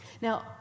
now